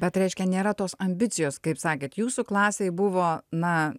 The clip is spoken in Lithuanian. bet reiškia nėra tos ambicijos kaip sakėte jūsų klasėje buvo na